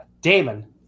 Damon